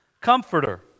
Comforter